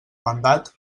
mandat